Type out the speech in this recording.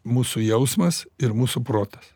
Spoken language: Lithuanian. mūsų jausmas ir mūsų protas